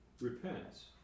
repents